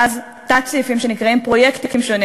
ואז תתי-סעיפים שנקראים "פרויקטים שונים"